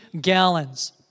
gallons